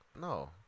No